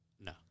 No